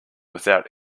without